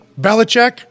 Belichick